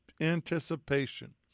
anticipation